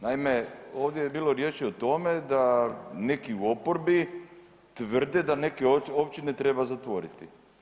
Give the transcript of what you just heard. Naime, ovdje je bilo riječi o tome da neki u oporbi tvrde da neke općine treba zatvoriti.